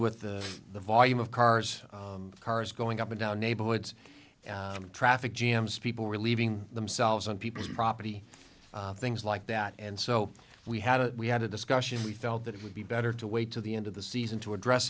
with the volume of cars cars going up and down neighborhoods traffic jams people were leaving themselves on people's property things like that and so we had a we had a discussion we felt that it would be better to wait till the end of the season to address